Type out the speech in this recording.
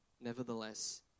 Nevertheless